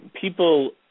people